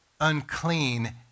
unclean